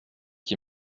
qui